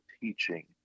teaching